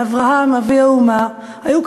לאברהם אבי האומה היו,